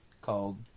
called